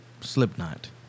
Slipknot